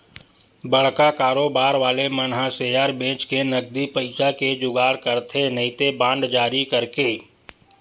बड़का कारोबार वाले मन ह सेयर बेंचके नगदी पइसा के जुगाड़ करथे नइते बांड जारी करके